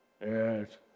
Yes